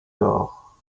d’or